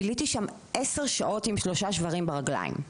ביליתי שם עשר שעות עם שלושה שברים ברגליים.